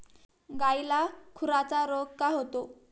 गायीला खुराचा रोग का होतो?